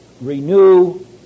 renew